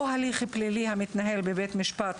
או הליך פלילי המתנהל בבית משפט,